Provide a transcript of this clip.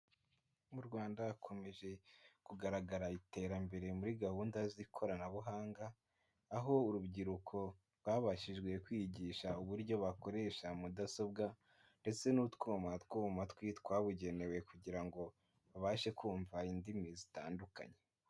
Mu Rwanda hakomeje kugaragara iterambere muri gahunda z'ikoranabuhanga aho urubyiruko rwabashijejwe kwigisha uburyo bakoresha mudasobwa ndetse n'utwuma two mu matwi twabugenewe kugira ngo babashe kumva indimi zitandukanye.